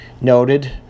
noted